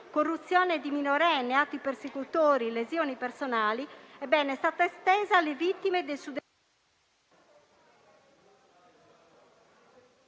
corruzione di minorenne, atti persecutori, lesioni personali), è stata estesa alle vittime dei...